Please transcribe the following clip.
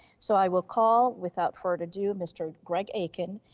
so i will call without further ado, mr. greg akin,